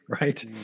right